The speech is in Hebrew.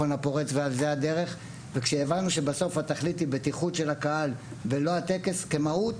כשהבנו כשבסוף התכלית היא הבטיחות של הקהל ולא הטקס כמהות,